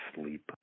sleep